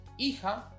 Hija